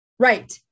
Right